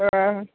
ആഹ്